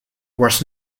was